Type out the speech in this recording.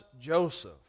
Joseph